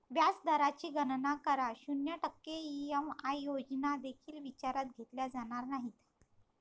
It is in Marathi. व्याज दराची गणना करा, शून्य टक्के ई.एम.आय योजना देखील विचारात घेतल्या जाणार नाहीत